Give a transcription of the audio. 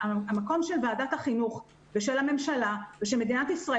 המקום של ועדת החינוך ושל הממשלה ושל מדינת ישראל